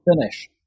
finish